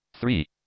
three